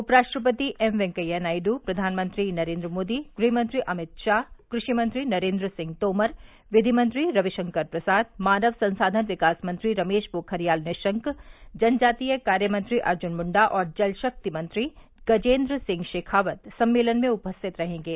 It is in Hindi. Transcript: उप राष्ट्रपति एम वेकैया नायडू प्रधानमंत्री नरेन्द्र मोदी गृह मंत्री अमित शाह कृषि मंत्री नरेन्द्र सिंह तोमर विधि मंत्री रविशंकर प्रसाद मानव संसाधन विकास मंत्री रमेश पोखरियाल निशंक जन जातीय कार्य मंत्री अर्जुन मुण्डा और जलशक्ति मंत्री गजेन्द्र सिंह शेखावत सम्मेलन में उपस्थित रहेंगे